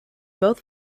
both